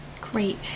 Great